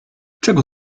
czego